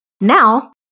Now